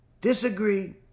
disagree